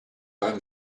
time